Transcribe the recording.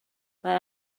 mae